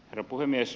herra puhemies